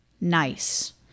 nice